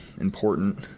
important